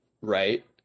right